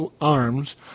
arms